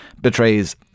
betrays